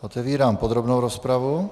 Otevírám podrobnou rozpravu.